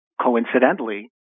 Coincidentally